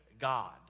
God